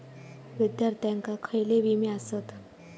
विद्यार्थ्यांका खयले विमे आसत?